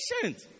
patient